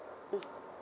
mm